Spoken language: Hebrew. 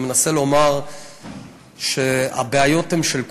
אני מנסה לומר שהבעיות הן של כולנו,